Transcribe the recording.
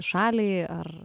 šaliai ar